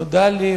נודע לי,